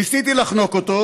ניסיתי לחנוק אותו,